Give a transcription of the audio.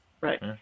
right